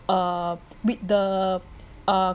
uh with the uh